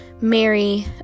Mary